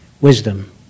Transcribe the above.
wisdom